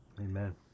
Amen